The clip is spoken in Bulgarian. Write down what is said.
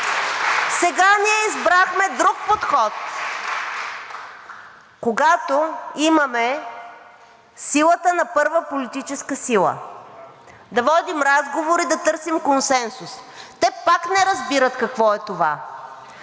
Сега ние избрахме друг подход, когато имаме силата на първа политическа сила – да водим разговори, да търсим консенсус. Те пак не разбират какво е това.